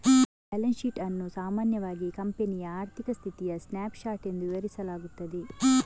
balance sheet ಅನ್ನು ಸಾಮಾನ್ಯವಾಗಿ ಕಂಪನಿಯ ಆರ್ಥಿಕ ಸ್ಥಿತಿಯ ಸ್ನ್ಯಾಪ್ ಶಾಟ್ ಎಂದು ವಿವರಿಸಲಾಗುತ್ತದೆ